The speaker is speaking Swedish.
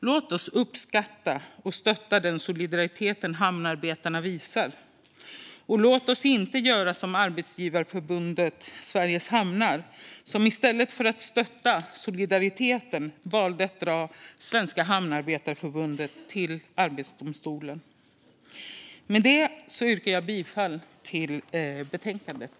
Låt oss uppskatta och stötta den solidaritet hamnarbetarna visar, och låt oss inte göra som arbetsgivarförbundet Sveriges Hamnar. I stället för att stötta solidariteten har man valt att dra Svenska Hamnarbetarförbundet till Arbetsdomstolen. Med detta yrkar jag bifall till förslaget i betänkandet.